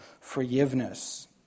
forgiveness